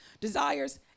desires